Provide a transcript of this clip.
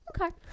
Okay